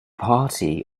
party